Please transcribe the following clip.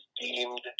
deemed